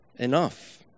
Enough